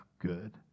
good